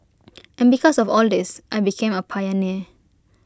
and because of all this I became A pioneer